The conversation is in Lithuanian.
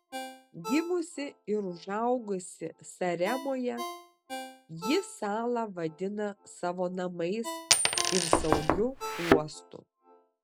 gimusi ir užaugusi saremoje ji salą vadina savo namais ir saugiu uostu